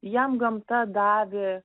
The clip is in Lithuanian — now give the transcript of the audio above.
jam gamta davė